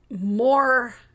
more